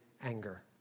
anger